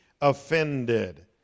offended